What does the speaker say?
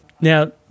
Now